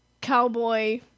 cowboy